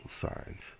signs